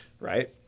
Right